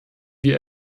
wir